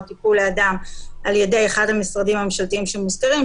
טיפול לאדם על ידי אחד המשרדים הממשלתיים שמוזכרים,